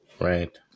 Right